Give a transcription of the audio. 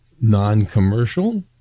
non-commercial